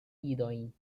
idojn